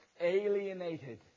alienated